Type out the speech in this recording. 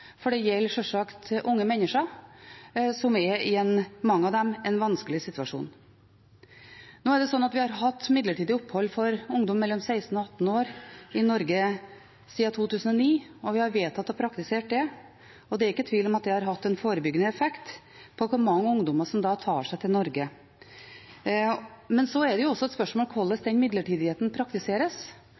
for det gjelder unge mennesker, og mange av dem er i en vanskelig situasjon. Vi har hatt midlertidig opphold for ungdom mellom 16 og 18 år i Norge siden 2009. Vi har vedtatt og praktisert det, og det er ikke tvil om at det har hatt en forebyggende effekt på hvor mange ungdommer som tar seg til Norge. Men det er også et spørsmål om hvordan den midlertidigheten praktiseres.